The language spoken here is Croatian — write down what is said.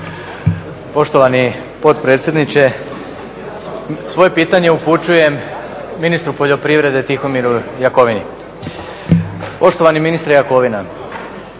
Poštovani potpredsjedniče svoje pitanje upućujem ministru poljoprivrede Tihomiru Jakovini. Poštovani ministre Jakovina,